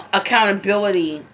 accountability